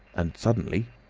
and suddenly,